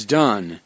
done